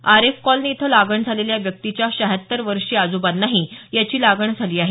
Aref colony इथं लागण झालेल्या व्यक्तीच्या श्यहात्तर वर्षीय आजोबांनाही याची लागण झाली आहे